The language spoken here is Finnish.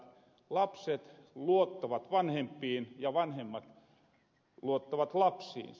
lapset luottavat vanhempiin ja vanhemmat luottavat lapsiinsa